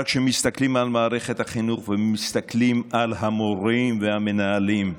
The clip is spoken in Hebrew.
אבל כשמסתכלים על מערכת החינוך ומסתכלים על המורים והמנהלים,